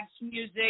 music